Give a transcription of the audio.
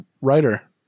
writer